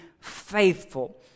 faithful